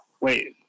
Wait